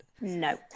no